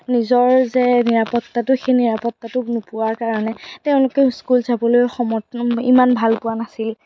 নিজৰ যে নিৰাপত্তাটো সেই নিৰাপত্তাটো নোপোৱাৰ কাৰণে তেওঁলোকেও স্কুল যাবলৈ সমৰ্থ ইমান ভালপোৱা নাছিল